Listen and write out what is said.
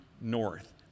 north